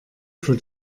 für